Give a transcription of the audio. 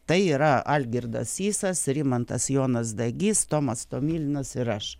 tai yra algirdas sysas rimantas jonas dagys tomas tomilinas ir aš